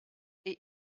est